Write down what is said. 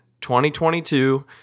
2022